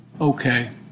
Okay